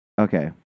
okay